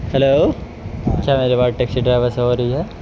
hello کیا میری بات ٹیکسی ڈرائیور سے ہو رہی ہے